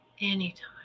anytime